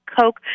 Coke